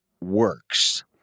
works